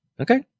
okay